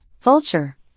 Vulture